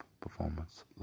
Performance